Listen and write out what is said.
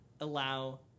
allow